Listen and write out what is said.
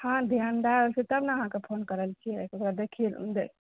हँ ध्यान दऽ रहल छियै तब ने अहाँकेॅं फोन कऽ रहल छियै कि एक बेर देखिए